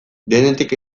denetik